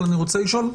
אבל אני רוצה לשאול.